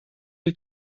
die